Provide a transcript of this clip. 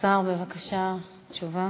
השר, בבקשה תשובה.